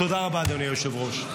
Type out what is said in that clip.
תודה רבה, אדוני היושב-ראש.